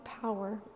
power